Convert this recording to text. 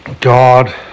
God